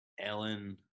Ellen